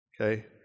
Okay